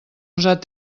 usat